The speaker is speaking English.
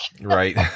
Right